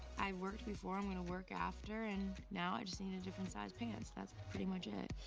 i worked before i'm gonna work after, and now i just need a different size pants. that's pretty much it.